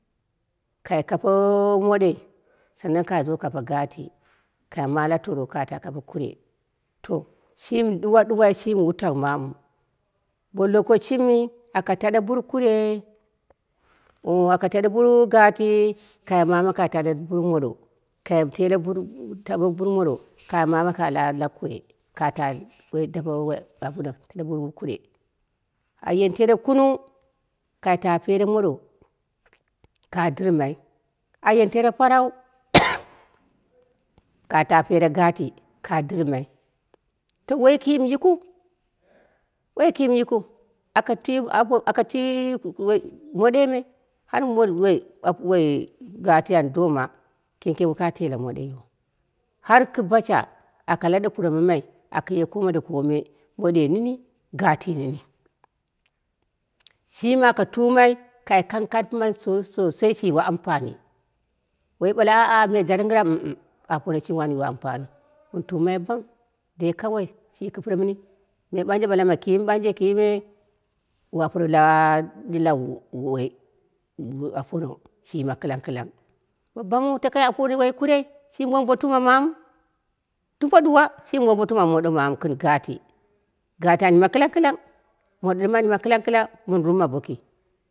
Kai kape moɗoi sannan kai do kape gatii ka ma la toro ka ta kape kure to shimi ɗuwa ɗuwa shimi wutau mamu. bo lokoshimi aka taɗe bur kure oo kai mama ka taɗe bur moɗo kai tale kai ta bo bur modo ka mama ka ta la kure ka ta ka dape woi, abunnang la bur kure a yeni tere kunung kai ta pere modo ka dɨrmai, ayeni tere parau ma ka ta pere gati ka dirmai woi kiim yiktu woi kiim yikɨ aka twi apo aka twi woi moɗoi har moi woi har gati an doma kengkeng woi ka teghla moɨeiyin, har kɨ basha aka laɗe kure mamai akuye komidakomi moɗoi nini gati nini, shini aka tunai kai kang karei mani shosho shoshei shi yiwo ampani, wo ɓale aa me jal dɨbɨram, mh mh aronou shini an yino ampaniu wun tumai bam dei kawoi shi kɨpre mɨni me ɓanje ɓala ma kiim ɓanje kime wu apre la ɗilawui woi apono shi yima kɨlang kɨlang bo bam mɨu takai aponoi woi kurei shini wombotuma manu dumbo duwa shini wombotuma modo mamu gɨn gati, gati an yima kɨlakɨlan modo ɗɨm an yima kɨlakɨlan mɨn rumma boki